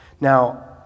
Now